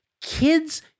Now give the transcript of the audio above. Kids